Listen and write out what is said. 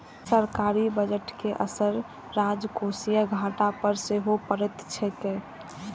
सरकारी बजट के असर राजकोषीय घाटा पर सेहो पड़ैत छैक